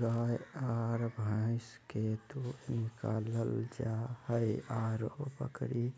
गाय आर भैंस के दूध निकालल जा हई, आरो बकरी,